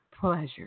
pleasure